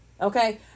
Okay